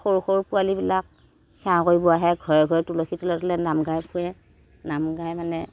সৰু সৰু পোৱালিবিলাকে সেৱা কৰিব আহে ঘৰে ঘৰে তুলসী তলে তলে নাম গাই ফুৰে নাম গাই মানে